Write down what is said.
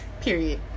Period